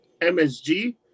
MSG